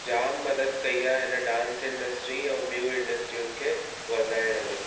जाम मदद कई आहे हिन डांस इंडस्ट्री ऐं ॿियूं इंडस्टियुनि खे वधाइण में